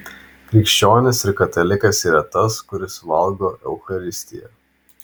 krikščionis ir katalikas yra tas kuris valgo eucharistiją